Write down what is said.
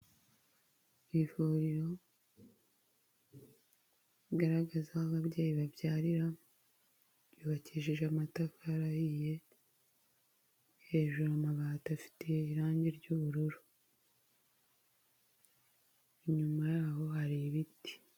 Ivuriro rigaragaza aho ababyeyi babyarira, ryubakishije amatafari ahiye, hejuru amabati afite irangi ry'ubururu. Inyuma yaho hari ibiti.